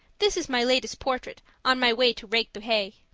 this is my latest portrait, on my way to rake the hay.